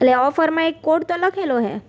એટલે ઓફરમાં એક કોડ તો લખેલો છે